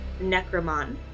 necromon